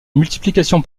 multiplication